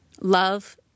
love